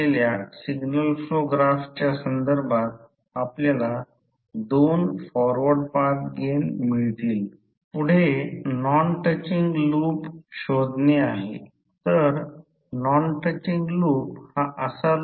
तर तापमान वाढ ट्रान्सफॉर्मरची रेटिंग आणि एफिशियन्सी निश्चित करण्यासाठी कोर लॉस महत्वाचे आहे आपण ते मशीन आणि इतर AC ऑपरेटेड इलेक्ट्रोमॅग्नेटिक उपकरणांमध्ये पाहू